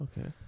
okay